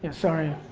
and sorry.